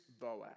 Boaz